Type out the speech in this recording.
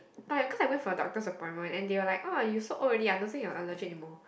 but because I went for doctor's appointment and they were like oh you so old already nothing you will allergy anymore